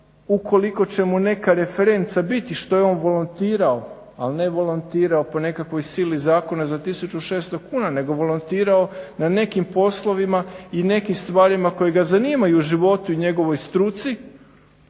ukoliko će mu neka referenca biti što je on volontirao, ali ne volontirao po nekakvoj sili zakona za 1600 kuna nego volontirao na nekim poslovima i nekim stvarima koje ga zanimaju u životu i njegovoj struci,